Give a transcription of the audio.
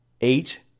eight